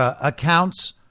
accounts